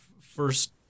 first